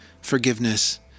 forgiveness